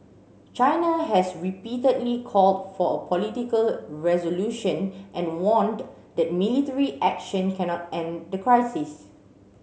China has repeatedly called for a political resolution and warned that military action cannot end the crisis